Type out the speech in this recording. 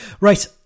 Right